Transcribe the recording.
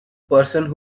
person